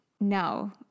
no